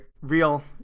real